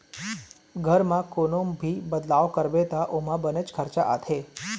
घर म कोनो भी बदलाव करबे त ओमा बनेच खरचा आथे